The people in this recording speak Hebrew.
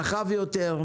רחב יותר,